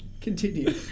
Continue